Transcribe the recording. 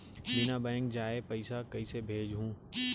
बिना बैंक जाए पइसा कइसे भेजहूँ?